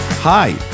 Hi